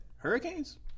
Hurricanes